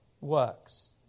works